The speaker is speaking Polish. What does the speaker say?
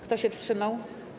Kto się wstrzymał?